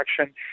action